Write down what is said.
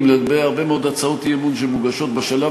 יכול להיות שנוכל להתווכח על השאלה אם הגיור צריך להיות כהלכה או לא,